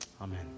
amen